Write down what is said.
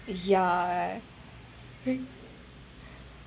ya